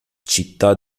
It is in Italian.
città